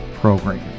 program